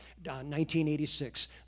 1986